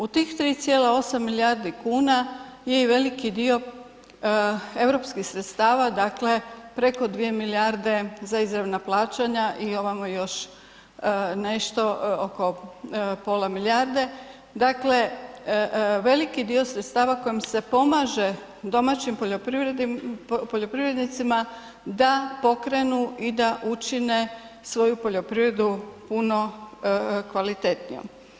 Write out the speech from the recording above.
U tih 3,8 milijardi kuna je i veliki dio europskih sredstva, dakle preko 2 milijarde za izravna plaćanja i ovamo još nešto, oko pola milijarde, dakle veliki dio sredstva kojim se pomaže domaćim poljoprivrednicima da pokrenu i da učine svoju poljoprivredu puno kvalitetnijom.